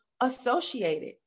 associated